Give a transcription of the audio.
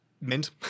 mint